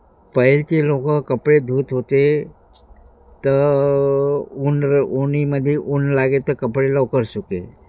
पहिलीचे लोकं कपडे धूत होते तर ऊन र उन्हामध्ये ऊन लागे तर कपडे लवकर सुके